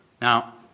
Now